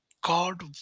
God